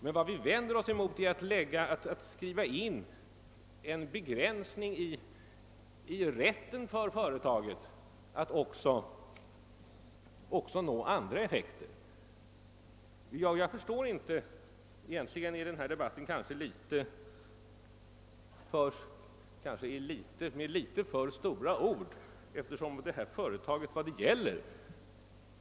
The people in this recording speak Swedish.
Men vi vänder oss mot att skriva in en begränsning i företagets rätt att också nå andra effekter. Egentligen har den här debatten kanske förts med litet för stora ord eftersom den gäller just det här företaget.